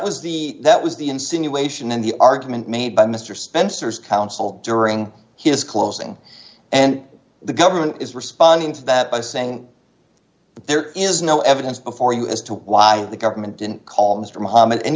was the that was the insinuation in the argument made by mr spencer's counsel during his closing and the government is responding to that by saying that there is no evidence before you as to why the government didn't call mr muhammad and